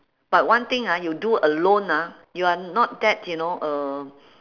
but one thing ah you do alone ah you're not that you know uh